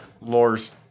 lore's